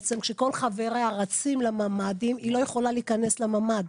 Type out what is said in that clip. וכל חבריה רצים לממ"דים היא לא יכולה להיכנס לממ"ד.